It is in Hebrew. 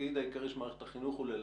התפקיד העיקרי של מערכת החינוך הוא ללמד.